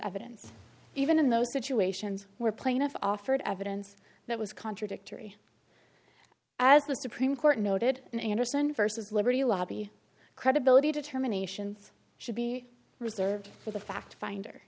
evidence even in those situations where plaintiff offered evidence that was contradictory as the supreme court noted in anderson vs liberty lobby credibility determinations should be reserved for the fact finder